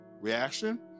reaction